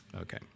Okay